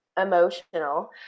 emotional